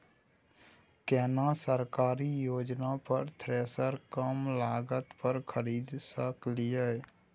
केना सरकारी योजना पर थ्रेसर कम लागत पर खरीद सकलिए?